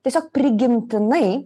tiesiog prigimtinai